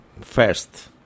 First